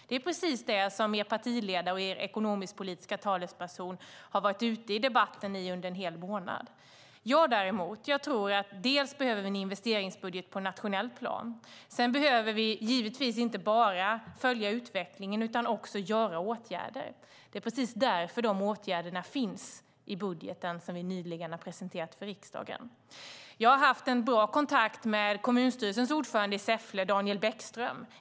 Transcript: Det är precis detta er partiledare och er ekonomisk-politiska talesperson har varit ute i debatten med under en hel månad. Jag, däremot, tror att vi behöver en investeringsbudget på ett nationellt plan. Sedan behöver vi givetvis inte bara följa utvecklingen utan också vidta åtgärder. Det är precis därför dessa åtgärder finns i den budget vi nyligen har presenterat för riksdagen. Jag har haft en bra kontakt med kommunstyrelsens ordförande i Säffle, Daniel Bäckström.